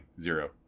Zero